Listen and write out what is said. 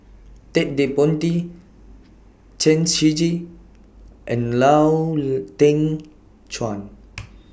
Ted De Ponti Chen Shiji and Lau Teng Chuan